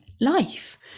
life